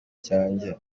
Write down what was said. cyanjye